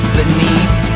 beneath